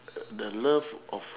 the love of